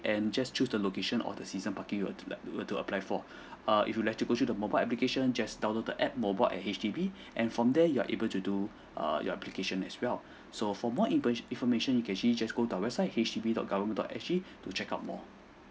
and just choose the location or the season parking you'd were like you were to apply for err if you would like to go to the mobile application just download the app mobile at H_D_B and from there you are able to do err your application as well so for more infor~ information you can actually just go to our website H D B dot government dot S G to check out more